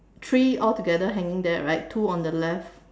three altogether hanging there right two on the left